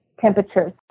temperatures